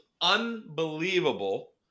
unbelievable